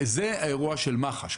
זה האירוע של מח"ש.